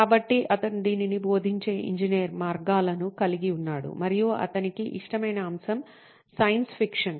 కాబట్టి అతను దీనిని బోధించే ఇంజనీర్ మార్గాలను కలిగి ఉన్నాడు మరియు అతనికి ఇష్టమైన అంశం సైన్స్ ఫిక్షన్